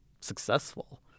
successful